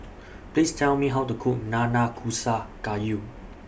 Please Tell Me How to Cook Nanakusa Gayu